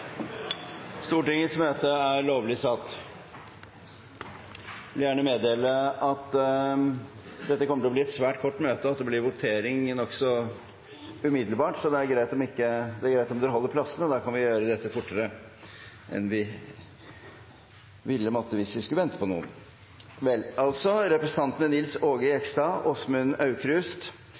kort møte, og at det blir votering nokså umiddelbart. Det er greit om dere holder plassene, da kan vi gjøre dette fortere enn hvis vi skulle vente på noen. Representantene Nils Aage Jegstad , Åsmund Aukrust